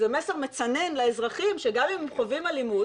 זה מסר מצנן לאזרחים שגם אם הם חווים אלימות